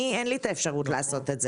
לי אין אפשרות לעשות את זה,